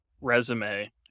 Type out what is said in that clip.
resume